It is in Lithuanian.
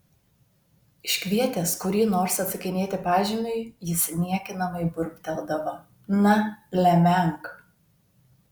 iškvietęs kurį nors atsakinėti pažymiui jis niekinamai burbteldavo na lemenk